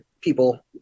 people